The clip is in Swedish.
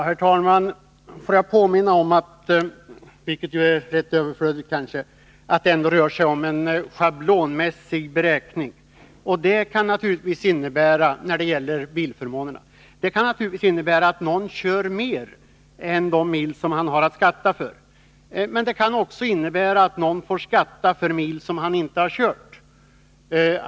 Herr talman! Får jag påminna om att — det är rätt överflödigt kanske — det ändå rör sig om en schablonmässig beräkning. När det gäller bilförmånen kan det naturligtvis innebära att någon kör mer än de mil som han har att skatta för. Men det kan också innebära att någon får skatta för mil som han inte har kört.